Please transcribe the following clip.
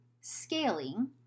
scaling